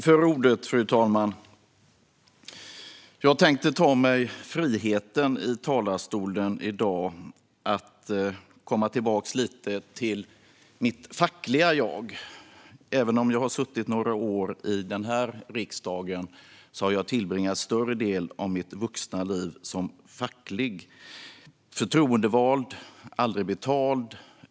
Fru talman! Jag tänkte i dag i talarstolen ta mig friheten att komma tillbaka lite till mitt fackliga jag. Även om jag har suttit några år i den här riksdagen har jag tillbringat större delen av mitt vuxna liv som facklig förtroendevald, aldrig betald.